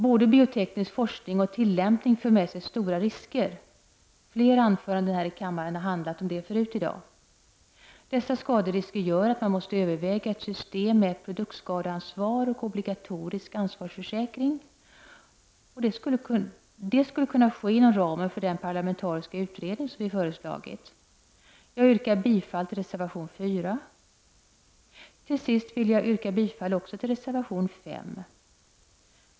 Både bioteknisk forskning och tillämpning för med sig stora risker. Flera anföranden tidigare i dag har handlat om detta. Dessa skaderisker gör att man måste överväga ett system med produktskadeansvar och obligatorisk ansvarsförsäkring, vilket skulle kunna ske inom ramen för den parlamentariska utredning som vi har föreslagit. Jag yrkar bifall till reservation nr 4. Till sist vill jag yrka bifall även till reservation nr 5.